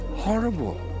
Horrible